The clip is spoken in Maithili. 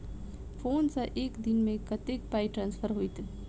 फोन सँ एक दिनमे कतेक पाई ट्रान्सफर होइत?